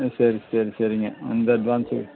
ம் சரி சரி சரிங்க அந்த அட்வான்ஸு